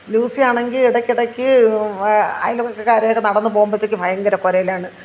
Lucy ആണെങ്കിൽ ഇടയ്ക്കിടക്ക് അയൽപക്കക്കാരൊക്കെ നടന്നു പോകുമ്പോഴത്തേക്കും ഭയങ്കര കൊരയലാണ്